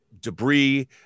debris